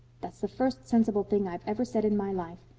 that's the first sensible thing i've ever said in my life.